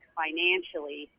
financially